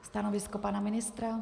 Stanovisko pana ministra? .